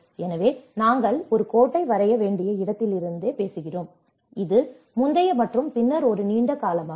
எனவே நாங்கள் ஒரு கோட்டை வரைய வேண்டிய இடத்திலிருந்தே பேசுகிறோம் எனவே இது முந்தைய மற்றும் பின்னர் ஒரு நீண்ட காலமாகும்